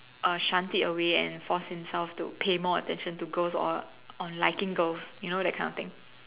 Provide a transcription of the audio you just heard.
uh shunned it away and forced himself to pay more attention to girls or on liking girls you know that kind of thing